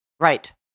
Right